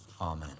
Amen